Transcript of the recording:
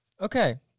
Okay